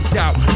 doubt